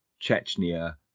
Chechnya